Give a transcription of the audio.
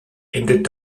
endet